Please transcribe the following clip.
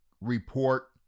report